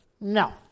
No